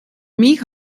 mich